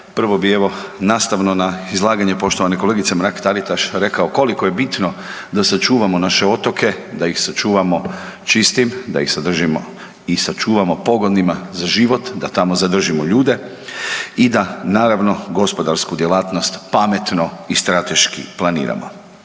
Prvo bi evo, nastavno na izlaganje poštovane kolegice Mrak-Taritaš rekao koliko je bitno da sačuvamo naše otoke, da ih sačuvamo čistim, da ih zadržimo i sačuvamo pogonima za život, da tamo zadržimo ljude i da naravno, gospodarsku djelatnost pametno i strateški planiramo.